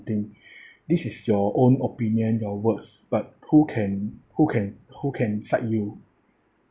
thing this is your own opinion your words but who can who can who can cite you